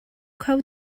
kho